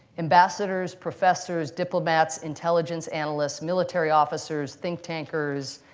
ambassadors, professors, diplomats, intelligence analysts, military officers, think-tankers,